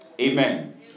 Amen